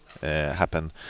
happen